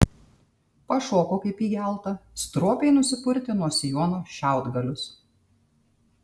pašoko kaip įgelta stropiai nusipurtė nuo sijono šiaudgalius